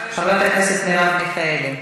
חברת הכנסת מרב מיכאלי,